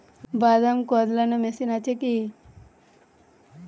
বাদাম কদলানো মেশিন আছেকি?